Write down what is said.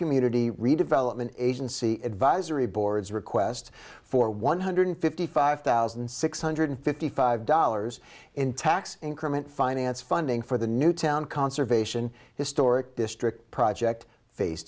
community redevelopment agency advisory boards request for one hundred fifty five thousand six hundred fifty five dollars in tax increment finance funding for the newtown conservation historic district project face